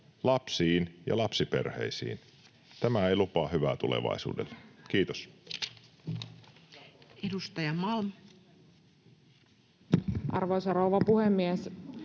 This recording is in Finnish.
lapsiin ja lapsiperheisiin. Tämä ei lupaa hyvää tulevaisuudelle. — Kiitos. [Speech 298] Speaker: Toinen varapuhemies